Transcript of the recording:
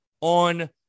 on